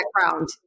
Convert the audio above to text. background